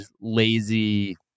lazy